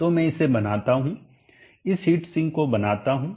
तो मैं इसे बनाता हूं इस हीट सिंक को बनाता हूं